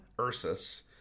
Ursus